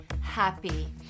happy